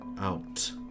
out